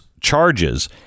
charges